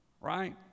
Right